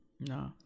No